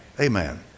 Amen